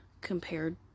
compared